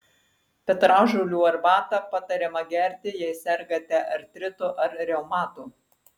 petražolių arbatą patariama gerti jei sergate artritu ar reumatu